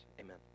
Amen